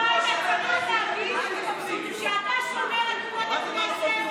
אתה היית צריך להגיד שאתה שומר על כבוד הכנסת,